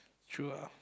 true ah